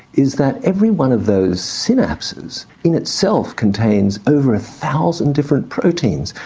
is that every one of those synapses in itself contains over a thousand different proteins.